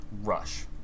rush